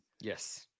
Yes